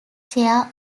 chair